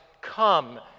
Come